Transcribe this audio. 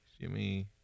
Jimmy-